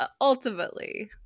ultimately